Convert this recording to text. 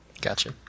Gotcha